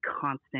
constant